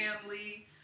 family